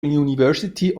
university